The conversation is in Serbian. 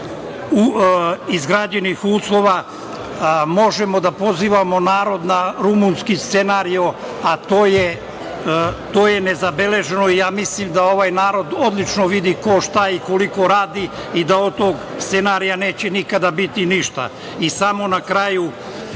izgrađenih uslova možemo da pozivamo narod na rumunski scenario, a to je nezabeleženo i ja mislim da ovaj narod odlično vidi ko šta i koliko radi i da od tog scenarija nikada neće biti ništa? Samo na kraju,